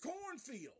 cornfield